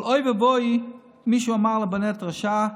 אבל אוי ואבוי אם מישהו אמר על בנט "רשע".